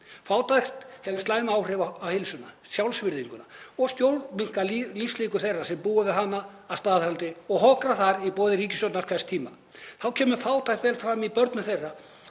Fátækt hefur slæm áhrif á heilsuna, sjálfsvirðinguna og stórminnkar lífslíkur þeirra sem búa við hana að staðaldri og hokra þar í boði ríkisstjórnar hvers tíma. Þá kemur fátækt vel fram í börnum þeirra